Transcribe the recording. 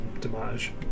damage